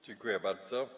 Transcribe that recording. Dziękuję bardzo.